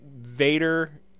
Vader